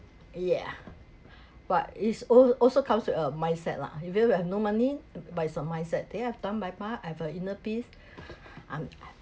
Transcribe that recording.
yeah but is also comes with a mindset lah even if you have no money but is your mindset that I've done my part I have a inner peace I'm